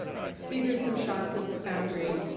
these are some shots of the foundry.